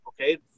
okay